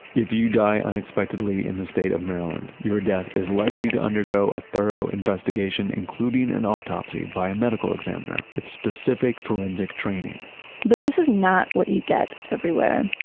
if you die unexpectedly in the state of maryland, your death is likely to undergo a thorough investigation including an autopsy by a medical examiner. it's specific forensic training but this is not what you get everywhere.